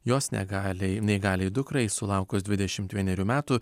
jos negaliai neįgaliai dukrai sulaukus dvidešimt vienerių metų